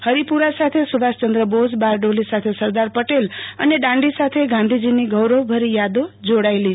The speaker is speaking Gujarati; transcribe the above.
હરિપુરા સાથે સુભાષચંદ્ર બોઝ બારડોલી સાથે સરદાર પટેલ અને અને દાંડી સાથે ગાંધીજીની ગૌરવભરી યાદો જોડાયેલી છે